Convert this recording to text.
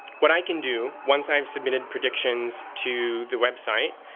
what i can do once i've submitted predictions to the website,